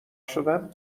شدم